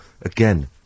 Again